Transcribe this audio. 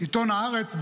עיתון הארץ,